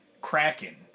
Kraken